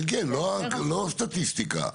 כן כן, לא סטטיסטיקה,